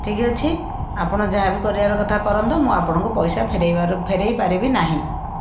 ଠିକ୍ ଅଛି ଆପଣ ଯାହାବି କରିବାର କଥା କରନ୍ତୁ ମୁଁ ଆପଣଙ୍କୁ ପଇସା ଫେରାଇବାର ଫେରାଇପାରିବି ନାହିଁ